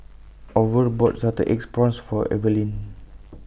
Orval bought Salted Egg Prawns For Evaline